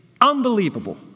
unbelievable